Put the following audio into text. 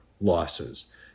losses